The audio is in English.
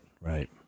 right